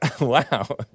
Wow